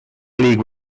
league